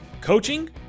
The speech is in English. Coaching